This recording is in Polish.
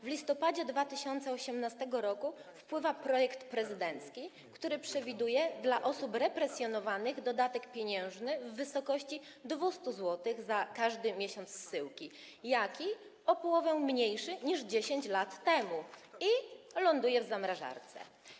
W listopadzie 2018 r. wpływa projekt prezydencki, który przewiduje dla osób represjonowanych dodatek pieniężny w wysokości 200 zł za każdy miesiąc zsyłki - jaki? - o połowę mniejszy niż 10 lat temu - i ląduje w zamrażarce.